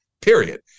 period